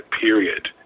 period